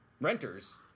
renters